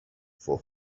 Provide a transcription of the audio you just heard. for